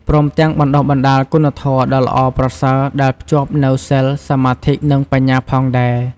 ព្រមទាំងបណ្ដុះបណ្ដាលគុណធម៌ដ៏ល្អប្រសើរដែលភ្ជាប់នូវ សីល សមាធិ និងបញ្ញាផងដែរ។